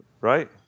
right